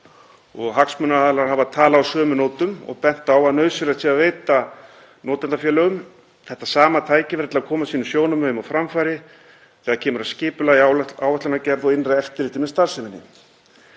hagsmunaaðilar talað á sömu nótum og bent á að nauðsynlegt sé að veita notandafélögum þetta sama tækifæri til að koma sínum sjónarmiðum á framfæri þegar kemur að skipulagi, áætlanagerð og innra eftirliti með starfseminni.